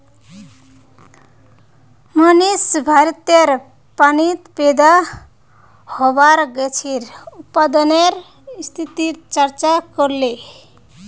मोहनीश भारतेर पानीत पैदा होबार गाछेर उत्पादनेर स्थितिर चर्चा करले